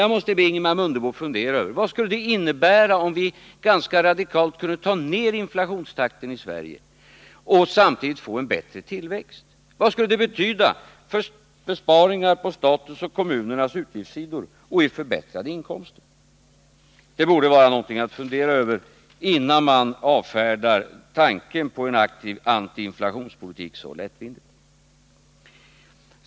Jag måste be Ingemar Mundebo fundera över vad det skulle innebära om vi ganska radikalt kunde ta ned inflationstakten i Sverige och samtidigt få en bättre tillväxt. Vilka utgiftsbesparingar skulle det innebära för staten och kommunerna, och vilka förbättrade inkomster skulle det ge? Det borde vara någonting att fundera över innan man så lättvindigt avfärdar tanken på en aktiv antiinflationspolitik.